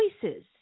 choices